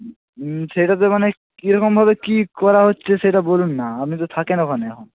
সেইটা তো মানে কীরকমভাবে কী করা হচ্ছে সেটা বলুন না আপনি তো থাকেন ওখানে এখন